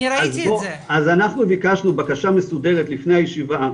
אני ראיתי את זה אז אנחנו ביקשנו בקשה מסודרת לפני הישיבה,